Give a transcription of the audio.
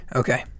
okay